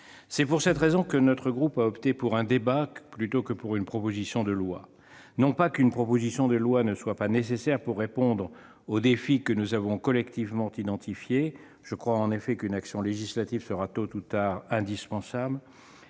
C'est pour cette raison que notre groupe a opté pour un débat plutôt que pour une proposition de loi. Non qu'un texte de loi ne soit pas nécessaire pour répondre aux défis que nous avons collectivement identifiés- je crois en effet qu'une action législative sera tôt ou tard indispensable